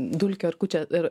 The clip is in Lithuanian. dulkių erkučių ir